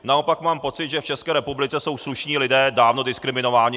Naopak mám pocit, že v České republice jsou slušní lidé dávno diskriminováni.